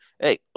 hey